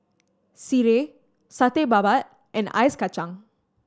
sireh Satay Babat and Ice Kachang